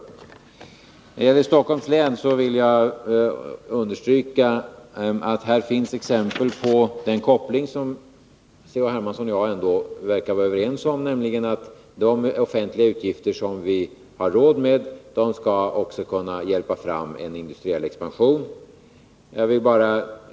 Måndagen den När det gäller Stockholms län vill jag understryka att det här finns exempel 15 februari 1982 på den koppling som herr Hermansson och jag ändå verkar vara överens om, nämligen att de offentliga utgifter som vi har råd med också skall kunna hjälpa fram en industriell expansion.